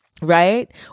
right